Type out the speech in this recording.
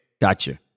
Gotcha